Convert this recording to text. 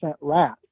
rat